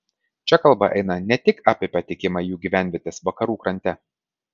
čia kalba eina tik apie patekimą į jų gyvenvietes vakarų krante